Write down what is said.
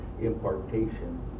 impartation